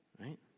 right